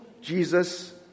Jesus